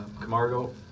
Camargo